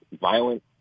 violent